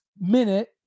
minute